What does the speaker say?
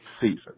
season